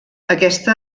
aquesta